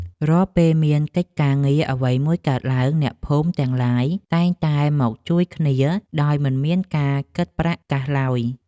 រាល់ពេលមានកិច្ចការងារអ្វីមួយកើតឡើងអ្នកភូមិទាំងឡាយតែងតែមកជួយគ្នាដោយមិនមានការគិតប្រាក់កាសឡើយ។